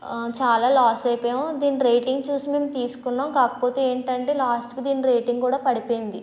చాలా లాస్ అయిపోయాం దీని రేటింగ్ చూసి మేము తీసుకున్నాం కాకపోతే ఏంటంటే లాస్ట్కు దీని రేటింగ్ కూడా పడిపోయింది